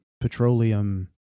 petroleum